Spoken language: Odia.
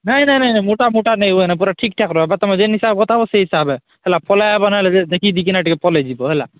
ନାଇଁ ନାଇଁ ନାଇଁ ନା ମୋଟା ମୋଟା ନେଇ ହୁଏ ନା ପୂରା ଠିକ୍ ଠାକ୍ରେ ହବ ତୁମେ ଯେନ୍ ହିସାବେ ବତାବ ସେ ହିସାବେ ହେଲା ପଲାଇବ ନହେଲେ ବି ଦେଖି ଦିଖି ନାଇଁ ଟିକେ ପଲେଇଯିବ ହେଲା